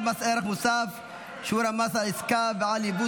מס ערך מוסף (שיעור המס על עסקה ועל יבוא